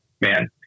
man